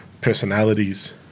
personalities